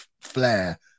Flair